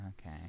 Okay